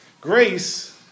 Grace